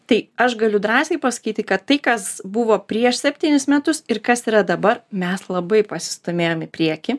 tai aš galiu drąsiai pasakyti kad tai kas buvo prieš septynis metus ir kas yra dabar mes labai pasistūmėjom į priekį